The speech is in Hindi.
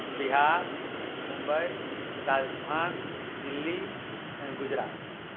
बिहार मुम्बई राजस्थान दिल्ली गुजरात